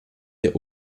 der